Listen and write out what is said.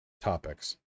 topics